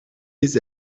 les